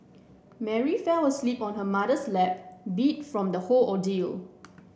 Mary fell asleep on her mother's lap beat from the whole ordeal